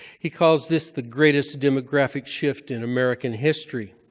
he calls this the greatest demographic shift in american history.